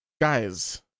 guys